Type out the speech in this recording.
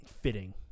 fitting